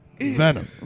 Venom